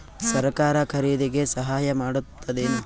ಸರಕಾರ ಖರೀದಿಗೆ ಸಹಾಯ ಮಾಡ್ತದೇನು?